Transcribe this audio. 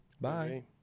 Bye